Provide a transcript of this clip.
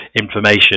information